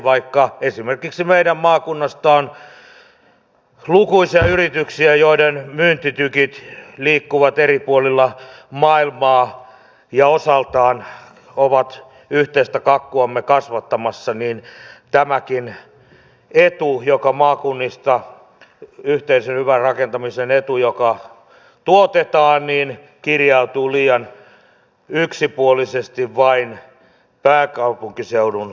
vaikka esimerkiksi meidän maakunnasta on lukuisia yrityksiä joiden myyntitykit liikkuvat eri puolilla maailmaa ja osaltaan ovat yhteistä kakkuamme kasvattamassa niin tämäkin etu yhteisen hyvän rakentamisen etu joka maakunnista tuotetaan kirjautuu liian yksipuolisesti vain pääkaupunkiseudun tuotokseksi